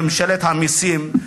ממשלת המסים,